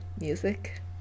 music